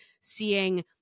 seeing